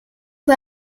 fue